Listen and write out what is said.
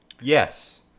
Yes